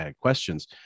questions